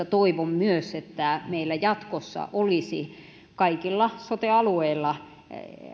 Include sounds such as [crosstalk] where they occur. [unintelligible] toivon myös että meillä jatkossa olisi kaikilla sote alueilla